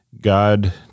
God